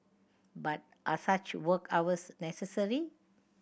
but are such work hours necessary